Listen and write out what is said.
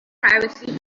privacy